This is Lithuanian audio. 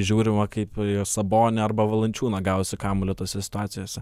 žiūrima kaip sabonį arba valančiūną gausi kamuolį tose situacijose